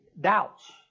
doubts